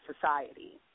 society